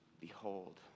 Behold